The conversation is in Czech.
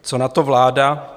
Co na to vláda?